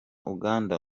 uganda